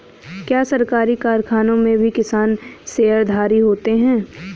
क्या सरकारी कारखानों में भी किसान शेयरधारी होते हैं?